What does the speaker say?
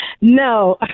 No